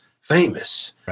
famous